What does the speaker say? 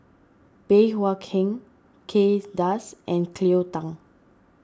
Bey Hua Kay Das and Cleo Thang